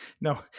No